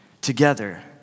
Together